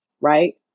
Right